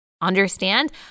understand